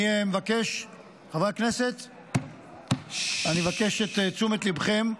אני מבקש, חברי הכנסת, אני מבקש את תשומת ליבכם.